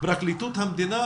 פרקליטות המדינה,